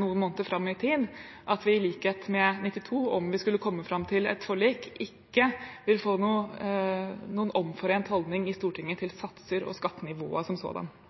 noen måneder fram i tid, at vi i likhet med i 1992, om vi skulle komme fram til et forlik, ikke vil få noen omforent holdning i Stortinget til satser og til skattenivået som sådant.